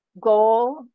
goal